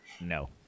No